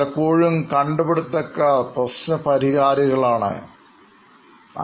പലപ്പോഴും കണ്ടു പിടുത്തക്കാർ പ്രശ്ന പരിഹാരികളായി മാറുന്നു